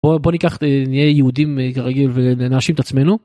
בוא בוא ניקח... נהיה יהודים וכרגיל נאשים את עצמנו.